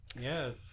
yes